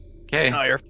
Okay